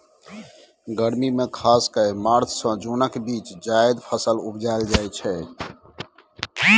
गर्मी मे खास कए मार्च सँ जुनक बीच जाएद फसल उपजाएल जाइ छै